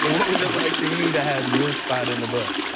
yeah what was it like for you to have your spot in the book?